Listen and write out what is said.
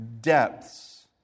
depths